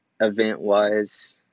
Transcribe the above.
event-wise